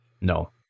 No